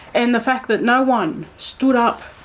and the fact that no one stood up,